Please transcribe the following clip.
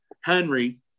Henry